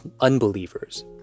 unbelievers